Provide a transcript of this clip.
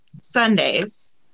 Sundays